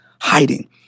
hiding